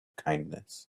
kindness